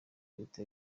leta